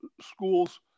schools